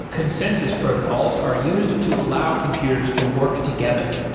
consensus protocols are used to allow computers to work together.